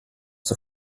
zur